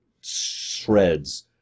shreds